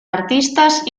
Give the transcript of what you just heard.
artistas